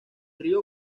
río